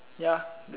ya